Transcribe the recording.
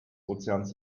ozeans